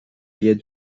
biais